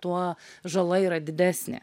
tuo žala yra didesnė